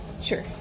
sure